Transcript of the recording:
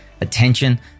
attention